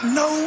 no